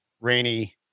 Rainy